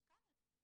משכ"ל.